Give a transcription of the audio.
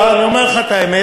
אני אומר לך את האמת,